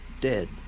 dead